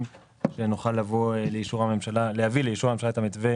שנוכל להביא לאישור הממשלה את המתווה